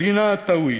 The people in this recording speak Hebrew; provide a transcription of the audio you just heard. עדינה טויל,